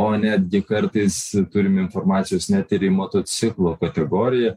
o netgi kartais turim informacijos net ir į motociklo kategoriją